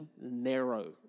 narrow